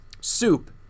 soup